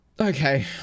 Okay